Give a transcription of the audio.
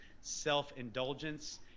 self-indulgence